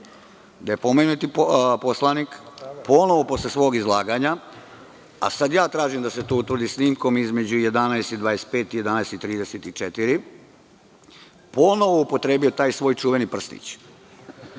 gde je pomenuti poslanik posle svog izlaganja, a sada ja tražim da se to utvrdi snimkom između 11,25 i 11,34 časova, ponovo upotrebio taj svoj čuveni prstić. Dakle,